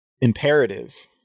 imperative